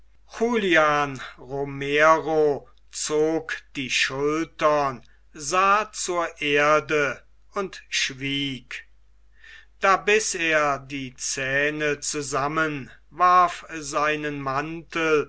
julian romero zog die schultern sah zur erde und schwieg da biß er die zähne zusammen warf seinen mantel